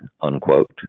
unquote